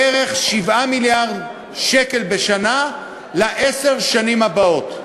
בערך 7 מיליארד שקל בשנה לעשר השנים הבאות.